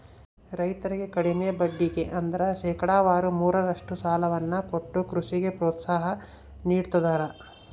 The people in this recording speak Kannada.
ರೈತರಿಗೆ ಕಡಿಮೆ ಬಡ್ಡಿಗೆ ಅಂದ್ರ ಶೇಕಡಾವಾರು ಮೂರರಷ್ಟು ಸಾಲವನ್ನ ಕೊಟ್ಟು ಕೃಷಿಗೆ ಪ್ರೋತ್ಸಾಹ ನೀಡ್ತದರ